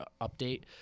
update